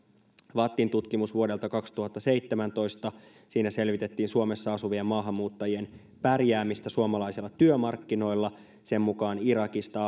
vattin tutkimuksessa vuodelta kaksituhattaseitsemäntoista selvitettiin suomessa asuvien maahanmuuttajien pärjäämistä suomalaisilla työmarkkinoilla sen mukaan irakista